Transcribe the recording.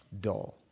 dull